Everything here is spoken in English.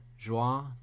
Joie